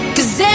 Cause